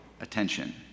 attention